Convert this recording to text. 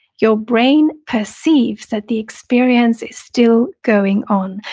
your brain perceives that the experience is still going on.